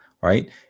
right